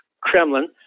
Kremlin